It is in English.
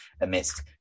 amidst